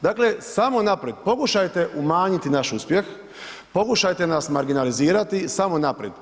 Dakle, samo naprijed pokušajte umanjiti naš uspjeh, pokušajte nas marginalizirati, samo naprijed.